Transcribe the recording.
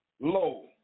low